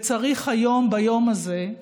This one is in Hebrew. וצריך היום, ביום הזה,